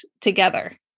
together